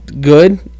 good